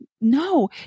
no